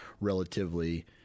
relatively